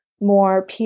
more